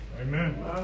Amen